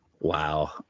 Wow